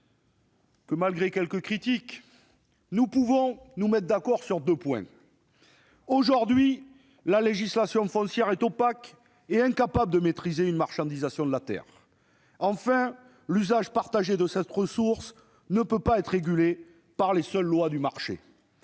malgré tout, nous pouvons nous accorder sur deux points. Aujourd'hui, la législation foncière est opaque et incapable de maîtriser la marchandisation de la terre. En outre, l'usage partagé de cette ressource ne peut pas être régulé par les seules lois du marché.